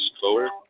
forward